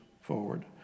forward